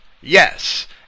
yes